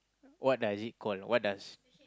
what does it call what does